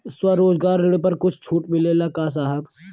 स्वरोजगार ऋण पर कुछ छूट मिलेला का साहब?